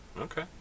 Okay